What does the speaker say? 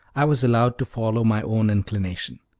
i was allowed to follow my own inclination.